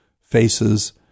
faces